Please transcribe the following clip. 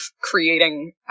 creating